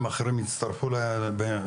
אני מאמין שהחברים האחרים יצטרפו בהמשך.